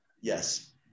Yes